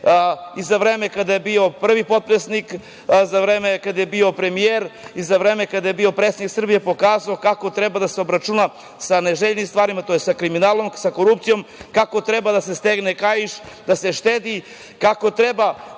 i za vreme kada je bio prvi potpredsednik, za vreme kada je bio premijer i za vreme kada je bio predsednik Srbije, pokazao kako treba da se obračuna sa neželjenim stvarima, tj. sa kriminalom, sa korupcijom, kako treba da se stegne kaiš, da se štedi, kako treba